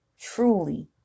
truly